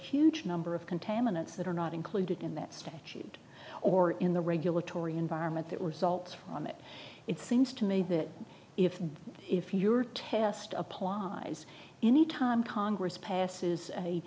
huge number of contaminants that are not included in that statute or in the regulatory environment that we're salts from it it seems to me that if if your test applies any time congress passes a